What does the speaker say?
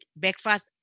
breakfast